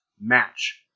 match